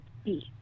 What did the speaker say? speak